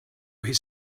his